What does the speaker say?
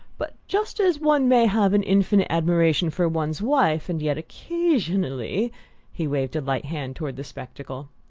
but just as one may have an infinite admiration for one's wife, and yet occasionally he waved a light hand toward the spectacle.